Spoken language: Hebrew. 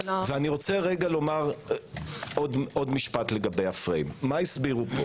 מה הסבירו פה